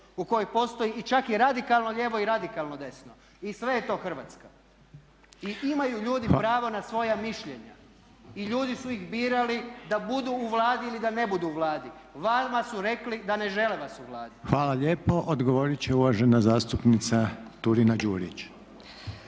u kojoj postoji čak i radikalno lijevo i radikalno desno i sve je to Hrvatska. I imaju ljudi pravo na svoja mišljenja i ljudi su ih birali da budu u Vladi ili da ne budu u Vladi. Vama su rekli da ne žele vas u Vladi. **Reiner, Željko (HDZ)** Hvala lijepo. Odgovorit će uvažena zastupnica Turina-Đurić.